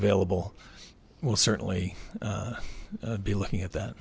available will certainly be looking at that